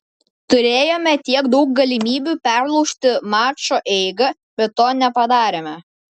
turėjome tiek daug galimybių perlaužti mačo eigą bet to nepadarėme